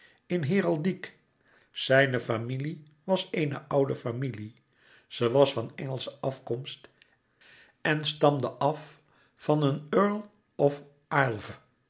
in heraldiek zijne familie was een oude familie ze was van engelsche afkomst en stamde af van een earl of